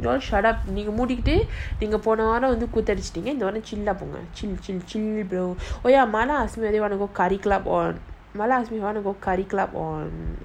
y'all shut up நீங்கமூடிக்கிட்டுபோனவாரம்கூத்தடிச்சிடீங்க:neenga moodikitu pona varam koothadicheenga chill chill chill bro oh ya ask me whether you want to go curry club or ask me whether you want go curry club or